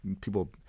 people